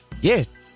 Yes